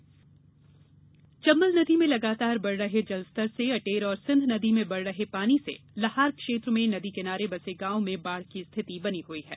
बाढ़ स्थिति चंबल नदी में लगातार बढ़ रहे जलस्तर से अटेर और सिंध नदी में बढ़ रहे पानी से लहार क्षेत्र में नदी किनारे बसे गाँवों में बाढ़ की स्थिति बनी हई है